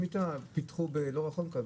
פיתחו לא רחוק מכאן,